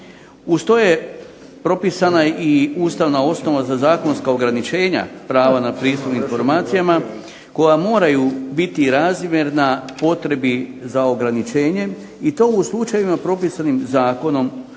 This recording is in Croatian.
Uz to je propisana i ustavna osnova za zakonska ograničenja prava na pristup informacijama koja moraju biti razmjerna potrebi za ograničenjem i to u slučajevima propisanim zakonom